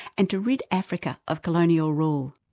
and to rid africa of colonial rule.